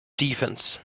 defence